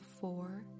four